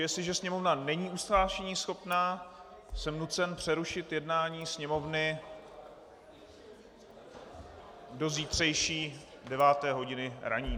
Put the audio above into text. Jestliže Sněmovna není usnášeníschopná, jsem nucen přerušit jednání Sněmovny do zítřejší 9. hodiny ranní.